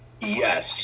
Yes